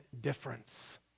difference